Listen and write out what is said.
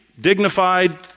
dignified